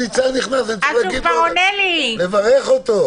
שהחוק עבר, תם הטקס.